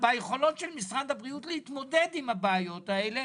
שיכולות של משרד הבריאות להתמודד עם הבעיות האלה.